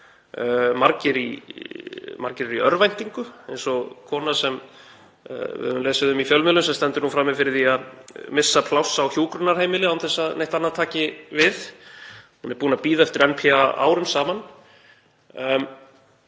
Margir eru örvæntingarfullir, eins og kona sem við höfum lesið um í fjölmiðlum sem stendur nú frammi fyrir því að missa pláss á hjúkrunarheimili án þess að neitt annað taki við. Hún er búin að bíða eftir NPA árum saman.